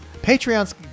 Patreon's